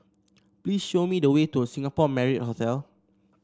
please show me the way to Singapore Marriott Hotel